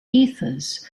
ethers